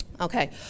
Okay